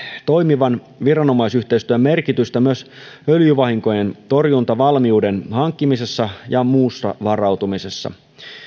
toimivan viranomaisyhteistyön merkitystä myös öljyvahinkojen torjuntavalmiuden hankkimisessa ja muussa varautumisessa